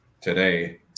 today